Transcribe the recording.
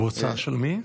בהוצאה של מי?